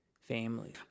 family